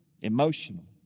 emotional